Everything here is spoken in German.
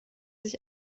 sich